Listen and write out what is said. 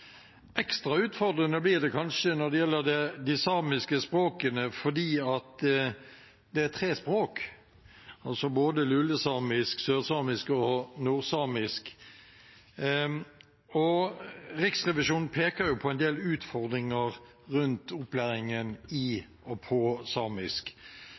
Ekstra utfordrende blir det kanskje når det gjelder de samiske språkene, fordi det er tre språk, altså både lulesamisk, sørsamisk og nordsamisk. Riksrevisjonen peker på en del utfordringer rundt opplæringen i og på samisk.